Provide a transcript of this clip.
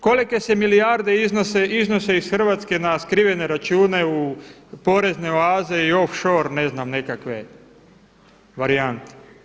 Kolike se milijarde iznose iz Hrvatske na skrivene račune u porezne oaze i off shore ne znam nekakve varijante.